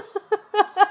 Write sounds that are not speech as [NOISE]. [LAUGHS]